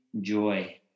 joy